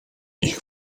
ich